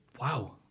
wow